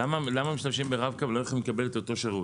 למה הם לא יכולים לקבל אותו שירות?